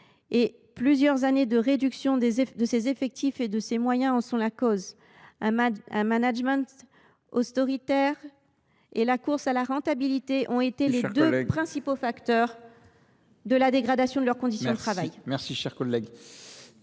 dont plusieurs années de réduction de ses effectifs et de ses moyens sont la cause. Il faut conclure. Un management autoritaire et la course à la rentabilité ont été les deux principaux facteurs de la dégradation de leurs conditions de travail. L’amendement